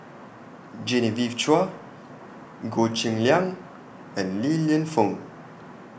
Genevieve Chua Goh Cheng Liang and Li Lienfung